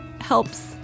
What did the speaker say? helps